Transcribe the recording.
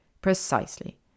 Precisely